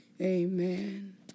amen